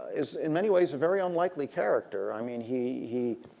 is in many ways a very unlikely character. i mean he he